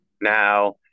Now